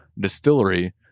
distillery